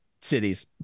cities